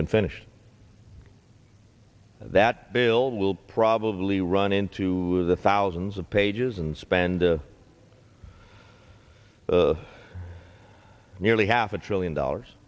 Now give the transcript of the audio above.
been finished that bill will probably run into the thousands of pages and spend the nearly half a trillion dollars